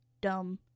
dumb